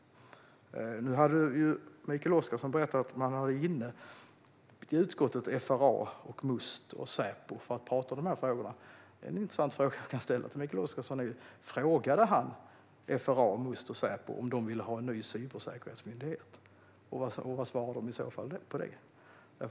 Mikael Oscarsson berättade att man hade FRA, Must och Säpo i utskottet för att tala om dessa frågor. En intressant fråga att ställa till Mikael Oscarsson är: Frågade han FRA, Must och Säpo om de ville ha en ny cybersäkerhetsmyndighet? Vad svarade de i så fall på det?